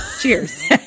Cheers